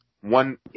One